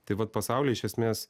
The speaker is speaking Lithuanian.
tai vat pasauly iš esmės